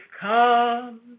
come